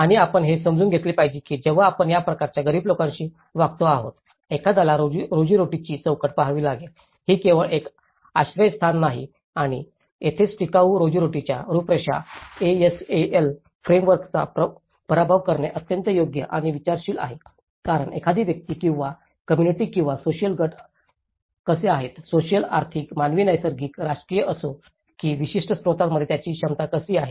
आणि आपण हे समजून घेतले पाहिजे की जेव्हा आपण या प्रकारच्या गरीब लोकांशी वागतो आहोत एखाद्याला रोजीरोटीची चौकट पहावी लागेल ती केवळ एक आश्रयस्थानच नाही आणि येथेच टिकाऊ रोजीरोटीच्या रूपरेषासाठी ASAL फ्रेमवर्कचा पराभव करणे अत्यंत योग्य आणि विचारशील आहे कारण एखादी व्यक्ती किंवा कोम्मुनिटी किंवा सोसिअल गट कसे आहेत सोसिअल आर्थिक मानवी नैसर्गिक राजकीय असो की विशिष्ट स्त्रोतांमध्ये त्यांची क्षमता कशी आहे